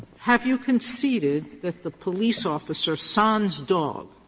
have you conceded that the police officer sans dog,